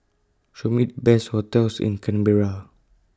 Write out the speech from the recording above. Show Me Best hotels in Canberra